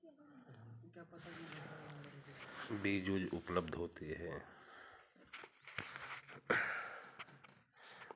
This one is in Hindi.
बीज वीज उपलब्ध होते हैं